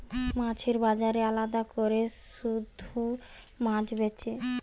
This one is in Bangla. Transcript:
মাছের বাজারে আলাদা কোরে শুধু মাছ বেচে